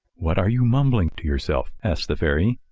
what are you mumbling to yourself? asked the fairy.